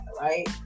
right